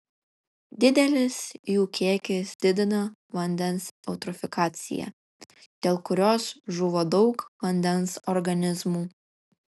didelis jų kiekis didina vandens eutrofikaciją dėl kurios žūva daug vandens organizmų